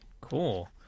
cool